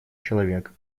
человек